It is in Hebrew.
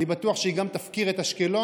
אני בטוח שהיא גם תפקיר את אשקלון.